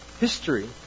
history